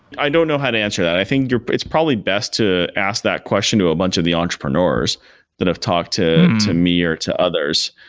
i don't know how to answer that. i think it's probably best to ask that question to a bunch of the entrepreneurs that have talked to to me or to others.